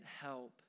help